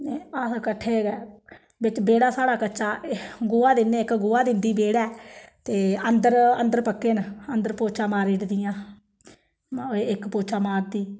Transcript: अस्स कट्ठे गै बेच्च बेह्ड़ा स्हाड़ा कच्चा गोहा दिन्ने इक गोआ दिंदी बेह्ड़ै ते अंदर अंदर पक्के न अंदर पौच्छा मारी दिंदियां इक पौच्छा मारदी